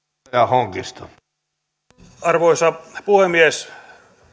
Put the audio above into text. arvoisa puhemies